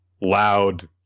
loud